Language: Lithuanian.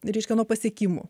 reiškia nuo pasiekimų